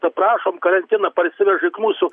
to prašom karantiną parsivežėt mūsų